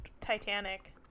Titanic